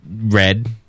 Red